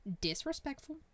disrespectful